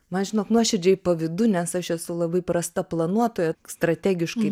man žinok nuoširdžiai pavydu nes aš esu labai prasta planuotoja strategiškai